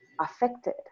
affected